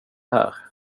här